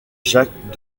jacques